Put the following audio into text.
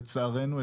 לצערנו,